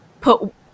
put